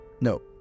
No